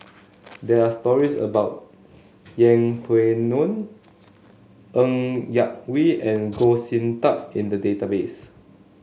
there are stories about Yeng Pway Ngon Ng Yak Whee and Goh Sin Tub in the database